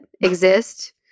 exist